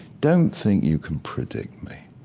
don't think you can predict me.